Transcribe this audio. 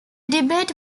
debate